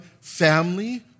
family